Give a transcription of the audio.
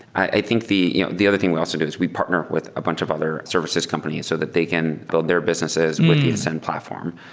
i think the you know the other thing we also did is we partnered with a bunch of other services company so that they can build their businesses and with the ascend platform.